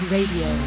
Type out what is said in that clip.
Radio